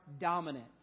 dominant